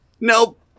Nope